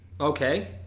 Okay